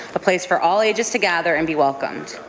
a place for all ages to gather and be welcomed.